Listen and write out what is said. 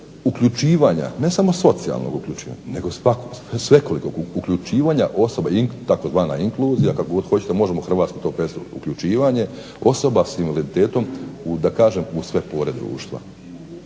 uključivanja ne samo socijalnog uključivanja nego svekolikog uključivanja osoba tzv. inkluzija možemo hrvatsko ... uključivanje osobe sa invaliditetom u sve pore društva.